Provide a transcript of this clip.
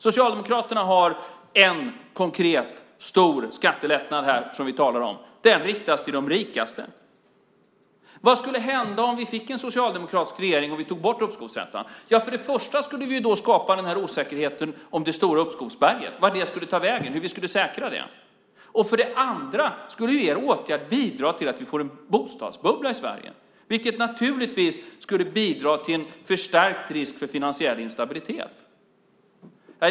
Socialdemokraterna har en konkret stor skattelättnad. Den riktas till de rikaste. Vad skulle hända om vi fick en socialdemokratisk regering som tog bort uppskovsräntan? För det första skulle det skapa en stor osäkerhet om uppskovsberget. Vart skulle det ta vägen? Hur skulle det säkras? För det andra skulle er åtgärd medföra att vi får en bostadsbubbla i Sverige, vilket skulle bidra till en förstärkt risk för finansiell instabilitet.